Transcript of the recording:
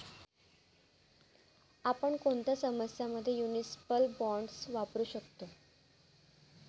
आपण कोणत्या समस्यां मध्ये म्युनिसिपल बॉण्ड्स वापरू शकतो?